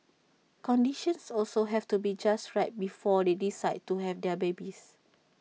conditions also have to be just right before they decide to have their babies